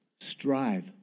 strive